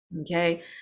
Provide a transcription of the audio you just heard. okay